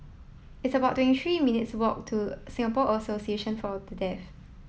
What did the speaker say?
it's about twenty three minutes walk to Singapore Association for The Deaf